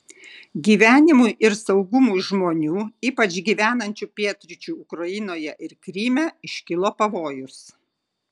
gyvenimui ir saugumui žmonių ypač gyvenančių pietryčių ukrainoje ir kryme iškilo pavojus